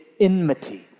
enmity